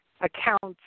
accounts